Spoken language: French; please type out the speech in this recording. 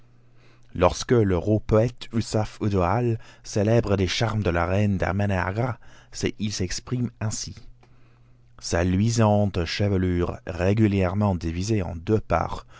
uçaf uddaul célèbre les charmes de la reine d'ahméhnagara il s'exprime ainsi sa luisante chevelure régulièrement divisée en deux parts